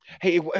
Hey